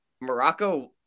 Morocco